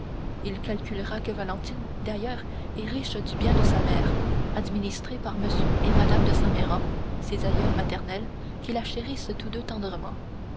il calculera que valentine d'ailleurs est riche du bien de sa mère administré par m et mme de saint méran ses aïeuls maternels qui la chérissent tous deux tendrement